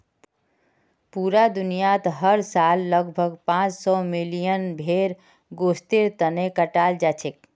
पूरा दुनियात हर साल लगभग पांच सौ मिलियन भेड़ गोस्तेर तने कटाल जाछेक